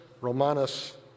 romanus